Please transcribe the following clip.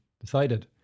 decided